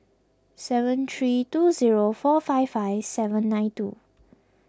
seven three two zero four five five seven nine two